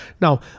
Now